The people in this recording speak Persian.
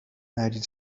مریض